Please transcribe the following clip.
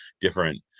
different